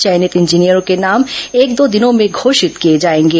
चयनित इंजीनियरों के नाम एक दो दिनों में घोषित किए जाएंगे